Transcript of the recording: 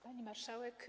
Pani Marszałek!